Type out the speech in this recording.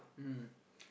mmhmm